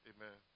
Amen